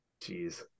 Jeez